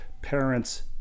Parents